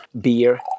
beer